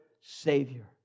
savior